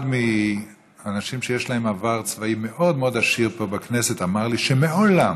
אחד האנשים שיש להם עבר צבאי מאוד מאוד עשיר פה בכנסת אמר לי שמעולם,